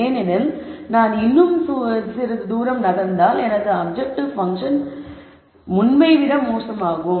ஏனெனில் நான் இன்னும் சிறிது தூரம் நகர்ந்தால் எனது அப்ஜெக்ட்டிவ் பன்ஃசன் மதிப்பு முன்பைவிட மோசமாகும்